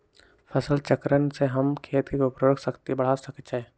फसल चक्रण से हम खेत के उर्वरक शक्ति बढ़ा सकैछि?